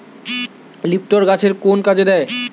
নিপটর গাছের কোন কাজে দেয়?